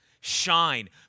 shine